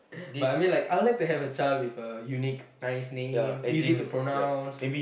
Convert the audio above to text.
but I mean like I'll like to have a child with a unique nice name easy to pronounce